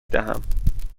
دهم